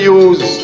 use